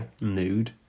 Nude